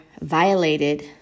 violated